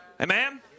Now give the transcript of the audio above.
Amen